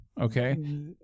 okay